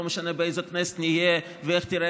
לא משנה באיזו כנסת נהיה ואיך תיראה